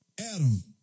Adam